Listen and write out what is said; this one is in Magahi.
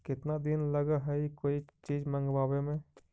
केतना दिन लगहइ कोई चीज मँगवावे में?